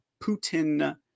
Putin